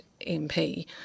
MP